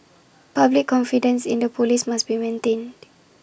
public confidence in the Police must be maintained